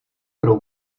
pro